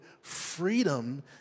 freedom